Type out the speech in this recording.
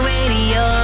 Radio